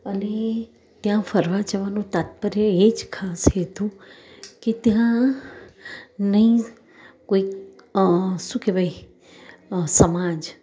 અને ત્યાં ફરવા જવાનું તાત્પર્ય એજ ખાસ હેતુ કે ત્યાં નહીં કોઈક શું કહેવાય સમાજ